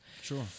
Sure